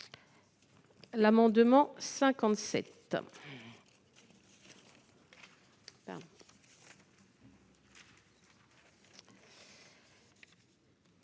L'amendement n°